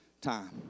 time